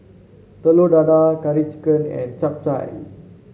Telur Dadah Curry Chicken and Chap Chai